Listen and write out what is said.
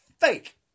fake